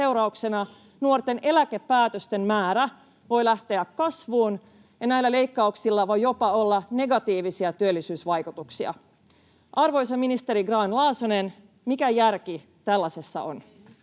nuorten eläkepäätösten määrä voi lähteä kasvuun ja näillä leikkauksilla voi jopa olla negatiivisia työllisyysvaikutuksia. Arvoisa ministeri Grahn-Laasonen, mikä järki tällaisessa on?